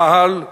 צה"ל,